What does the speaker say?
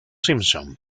simpson